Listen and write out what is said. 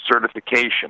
certification